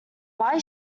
why